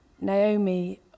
Naomi